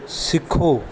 ਸਿੱਖੋ